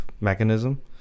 mechanism